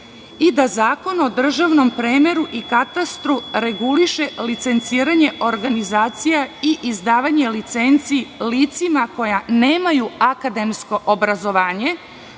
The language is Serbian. i da Zakon o državnom premeru i katastru reguliše licenciranje organizacija i izdavanje licenci licima koja nemaju akademsko obrazovanje,